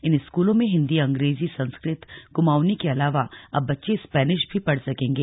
इन स्कूलों में हिदी अंग्रेजी संस्कृत कुमाऊंनी के अलावा अब बच्चे स्पैनिश भी पढ़ सकेंगे